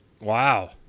Wow